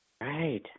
Right